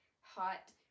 hot